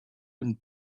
been